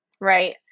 Right